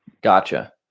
Gotcha